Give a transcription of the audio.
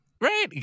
Right